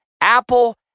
Apple